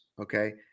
Okay